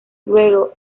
luego